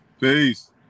Peace